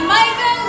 Michael